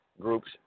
groups